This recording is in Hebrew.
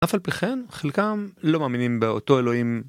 אף על פי כן, חלקם לא מאמינים באותו אלוהים.